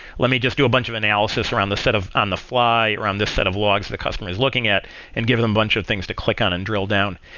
let me just do a bunch of analysis around the set on the fly around this set of logs the customer is looking at and give them bunch of things to click on and drill down.